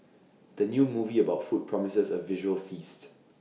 the new movie about food promises A visual feast